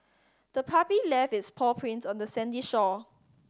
the puppy left its paw prints on the sandy shore